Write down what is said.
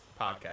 podcast